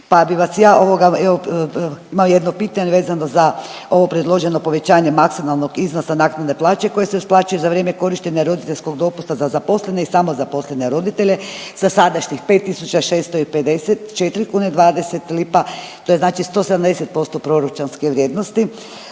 pa bi vas ja ovoga evo imam jedno pitanje vezano za ovo predloženo povećanje maksimalnog iznosa naknade plaće koje se isplaćuje za vrijeme korištenja roditeljskog dopusta za zaposlene i samozaposlene roditelje sa sadašnjih 5.654 kune 20 lipa to je znači 170% proračunske vrijednosti